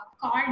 called